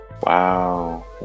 Wow